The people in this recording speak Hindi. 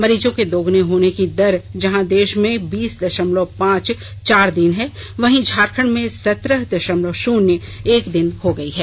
मरीजों के दोगुने होने की दर जहां देश में बीस दशमलव पांच चार दिन है वहीं झारखंड में सत्रह दशमलव शुन्य एक दिन हो गयी है